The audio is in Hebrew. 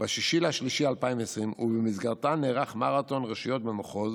ב-6 במרץ 2020 ובמסגרתה נערך מרתון רשויות במחוז